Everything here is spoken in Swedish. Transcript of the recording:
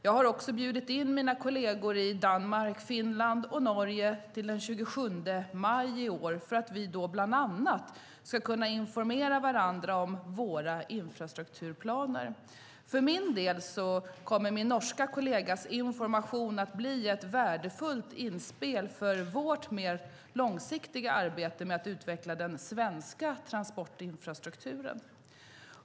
Jag har också bjudit in mina kolleger i Danmark, Finland och Norge till den 27 maj i år, för att vi då bland annat ska kunna informera varandra om våra infrastrukturplaner. För min del kommer min norska kollegas information att bli ett värdefullt inspel för vårt mer långsiktiga arbete med att utveckla den svenska transportinfrastrukturen.